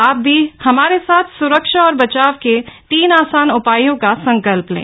आप भी हमारे साथ सुरक्षा और बचाव के तीन आसान उपायों का संकल्प लें